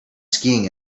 skiing